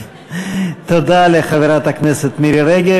תודה לחברת הכנסת מירי רגב.